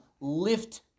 lift